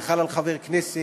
זה חל על חבר כנסת,